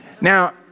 Now